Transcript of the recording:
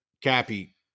Cappy